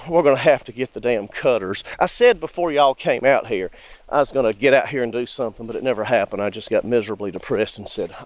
we're going to have to get the damn cutters. i ah said before you all came out here i was going to get out here and do something, but it never happened. i just got miserably depressed and said,